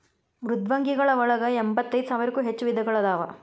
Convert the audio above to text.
ಮೃದ್ವಂಗಿಗಳ ಒಳಗ ಎಂಬತ್ತೈದ ಸಾವಿರಕ್ಕೂ ಹೆಚ್ಚ ವಿಧಗಳು ಅದಾವ